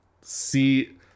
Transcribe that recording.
see